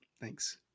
Thanks